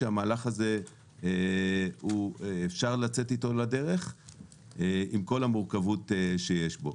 כשהמהלך הזה אפשר לצאת איתו לדרך עם כל המורכבות שיש בו.